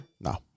No